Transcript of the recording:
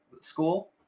school